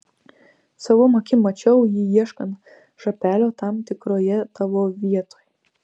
savom akim mačiau jį ieškant šapelio tam tikroje tavo vietoj